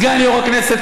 סגן יו"ר הכנסת,